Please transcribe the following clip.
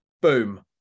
boom